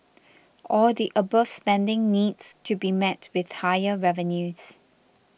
all the above spending needs to be met with higher revenues